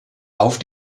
auf